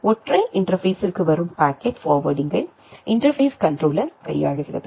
ஒற்றை இன்டர்பேஸ்ஸிற்க்கு வரும் பாக்கெட் ஃபார்வேர்டிங்கை இன்டர்பேஸ் கண்ட்ரோலர் கையாளுகிறது